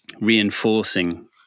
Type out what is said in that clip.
reinforcing